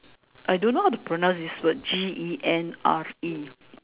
I don't know how to pronounce this word G E N R E